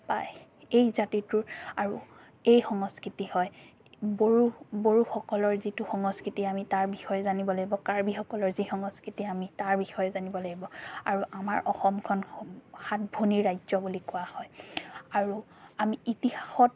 বা এই জাতিটোৰ আৰু এই সংস্কৃতি হয় বড়ো বড়োসকলৰ যিটো সংস্কৃতি আমি তাৰ বিষয়ে জানিব লাগিব কাৰ্বিসকলৰ যি সংস্কৃতি আমি তাৰ বিষয়ে জানিব লাগিব আৰু আমাৰ অসমখন সাতভনীৰ ৰাজ্য বুলি কোৱা হয় আৰু আমি ইতিহাসত